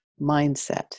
mindset